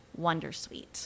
wondersuite